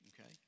okay